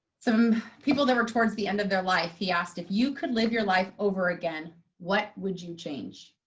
some people that were towards the end of their life, he asked, if you could live your life over again what would you change?